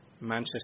Manchester